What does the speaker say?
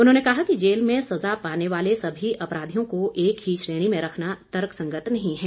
उन्होंने कहा कि जेल में सजा पाने वाले सभी अपराधियों को एक ही श्रेणी में रखना तर्कसंगत नहीं है